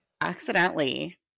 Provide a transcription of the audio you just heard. accidentally